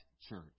church